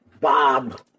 Bob